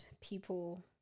people